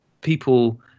people